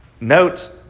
Note